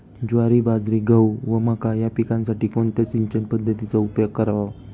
ज्वारी, बाजरी, गहू व मका या पिकांसाठी कोणत्या सिंचन पद्धतीचा उपयोग करावा?